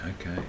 okay